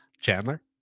Chandler